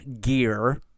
gear